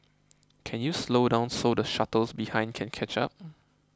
can you slow down so the shuttles behind can catch up